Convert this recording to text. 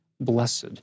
blessed